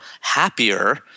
happier